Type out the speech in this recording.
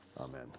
amen